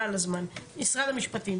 משרד המשפטים,